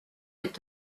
est